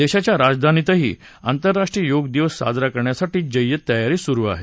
देशाच्या राजधानीतही आंतरराष्ट्रीय योग दिवस साजरा करण्यासाठी जय्यत तयारी सुरु आहे